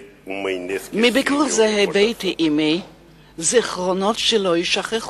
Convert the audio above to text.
מביקור זה הבאתי עמי זיכרונות שלא יישכחו.